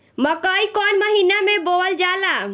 मकई कौन महीना मे बोअल जाला?